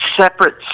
Separate